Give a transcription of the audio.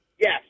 Yes